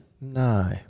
No